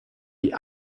die